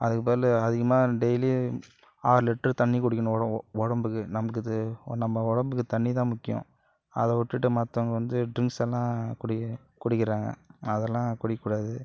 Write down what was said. அதுக்கு பதிலு அதிகமா டெய்லி ஆறு லிட்ரு தண்ணி குடிக்கணும் ஒ உடம்புக்கு நமக்கு இது நம்ம உடம்புக்கு தண்ணி தான் முக்கியம் அதை வ்ட்டுட்டு மற்றவங்க வந்து ட்ரிங்க்ஸ் எல்லாம் குடிக்க குடிக்கிறாங்க அதெல்லாம் குடிக்கக்கூடாது